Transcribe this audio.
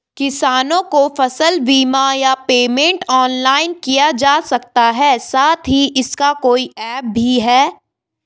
किसानों को फसल बीमा या पेमेंट ऑनलाइन किया जा सकता है साथ ही इसका कोई ऐप भी है?